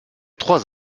trois